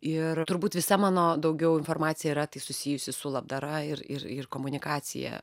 ir turbūt visa mano daugiau informacija yra tai susijusi su labdara ir ir ir komunikacija